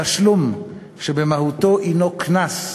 תשלום שבמהותו הנו קנס,